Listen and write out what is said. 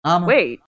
Wait